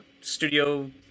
studio